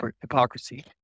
hypocrisy